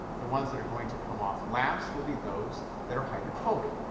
the ones that are going to come off last will be those that are hydrophobic,